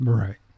right